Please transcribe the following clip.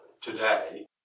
today